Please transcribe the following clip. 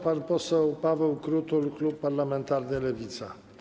Pan poseł Paweł Krutul, klub parlamentarny Lewica.